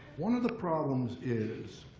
one of the problems is,